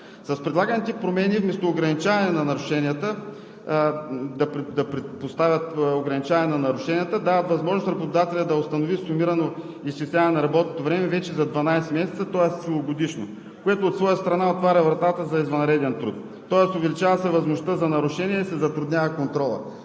Предлаганите промени, вместо да предпоставят ограничаване на нарушенията, дават възможност на работодателя да установи сумирано изчисляване на работното време вече за 12 месеца, тоест целогодишно, което от своя страна отваря вратата за извънреден труд. Тоест увеличава се възможността за нарушения и се затруднява контролът.